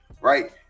Right